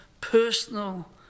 personal